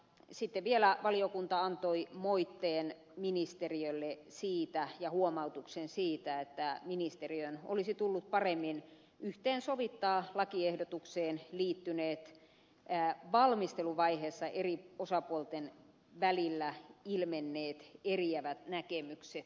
sitten vielä valiokunta antoi moitteen ja huomautuksen ministeriölle siitä että ministeriön olisi tullut paremmin yhteensovittaa lakiehdotukseen liittyneet valmisteluvaiheessa eri osapuolten välillä ilmenneet eriävät näkemykset